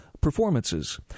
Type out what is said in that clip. performances